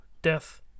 death